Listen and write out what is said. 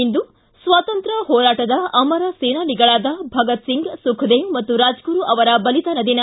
ಇಂದು ಸ್ನಾತ್ರಂತ್ರ್ಯ ಹೋರಾಟದ ಅಮರ ಸೇನಾನಿಗಳಾದ ಭಗತ್ ಸಿಂಗ್ ಸುಖದೇವ್ ಮತ್ತು ರಾಜಗುರು ಅವರ ಬಲಿದಾನ ದಿನ